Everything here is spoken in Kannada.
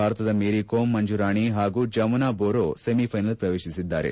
ಭಾರತದ ಮೇರಿಕೋಮ್ ಮಂಜುರಾಣಿ ಹಾಗೂ ಜಮುನಾ ಬೋರೋ ಸೆಮಿಫೈನಲ್ ಪ್ರವೇಶಿಸಿದ್ದಾರೆ